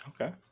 Okay